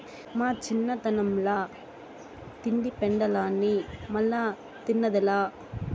మా చిన్నతనంల తింటి పెండలాన్ని మల్లా తిన్నదేలా